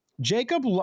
Jacob